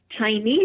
Chinese